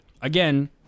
again